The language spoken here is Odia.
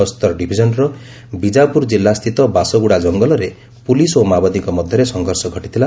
ବସ୍ତର ଡିଭିଜନର ବିଜାପୁର ଜିଲ୍ଲାସ୍ଥିତ ବାସଗୁଡ଼ା ଜଙ୍ଗଲରେ ପୁଲିସ୍ ଓ ମାଓବାଦୀଙ୍କ ମଧ୍ୟରେ ସଂଘର୍ଷ ଘଟିଥିଲା